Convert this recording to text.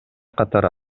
катары